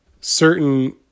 certain